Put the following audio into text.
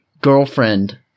girlfriend